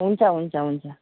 हुन्छ हुन्छ हुन्छ